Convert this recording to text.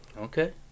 Okay